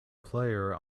player